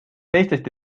teistest